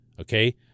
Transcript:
okay